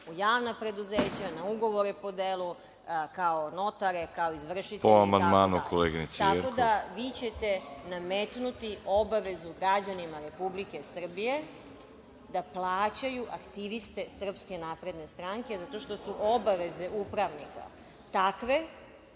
u javna preduzeća, na ugovore po delu, kao notare, kao izvršitelje itd. Tako da, vi ćete nametnuti obavezu građanima Republike Srbije da plaćaju aktiviste SNS zato što su obaveze upravnika takve